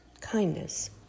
kindness